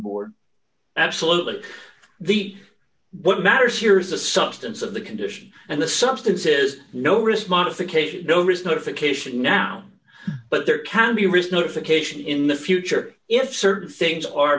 board absolutely the what matters here is the substance of the condition and the substance is no risk modification donors notification now but there can be wrist no if occasion in the future if certain things are